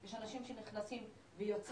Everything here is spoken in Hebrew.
יש אנשים שנכנסים ויוצאים,